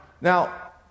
now